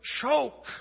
choke